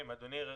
אם אדוני יראה